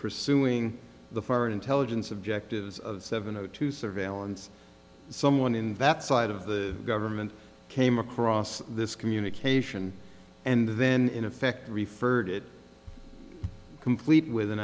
pursuing the foreign intelligence objectives of seven o two surveillance someone in that side of the government came across this communication and then in effect referred it complete with an